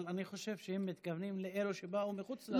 אבל אני חושב שהם מתכוונים לאלו שבאו מחוץ לעיר.